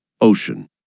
Ocean